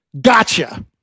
Gotcha